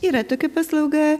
yra tokia paslauga